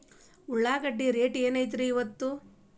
ಉಳ್ಳಾಗಡ್ಡಿ ಏನ್ ರೇಟ್ ಐತ್ರೇ ಇಪ್ಪತ್ತು?